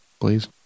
please